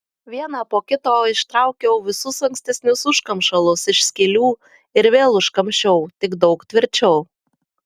vieną po kito ištraukiau visus ankstesnius užkamšalus iš skylių ir vėl užkamšiau tik daug tvirčiau